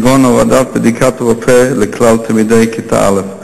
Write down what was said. כגון הורדת בדיקת רופא לכלל תלמידי כיתה א'.